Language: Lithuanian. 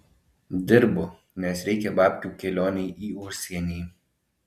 dirbu nes reikia babkių kelionei į užsienį